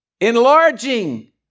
enlarging